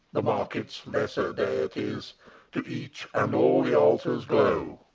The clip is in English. the market's lesser deities, to each and all the altars glow,